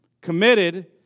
Committed